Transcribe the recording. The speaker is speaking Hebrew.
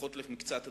לפחות על מקצת הדברים.